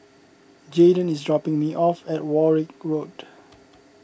Jayden is dropping me off at Warwick Road